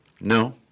No